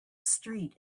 street